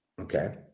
Okay